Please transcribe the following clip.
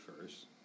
first